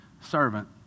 servant